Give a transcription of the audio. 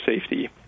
safety